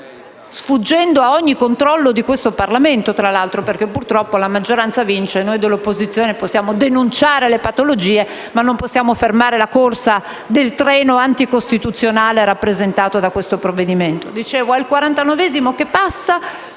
l'altro ad ogni controllo di questo Parlamento perché purtroppo la maggioranza vince e noi dell'opposizione possiamo denunciare le patologie, ma non possiamo fermare la corsa del treno anticostituzionale, rappresentato da questo provvedimento